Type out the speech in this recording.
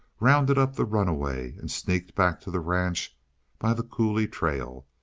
rounded up the runaway and sneaked back to the ranch by the coulee trail.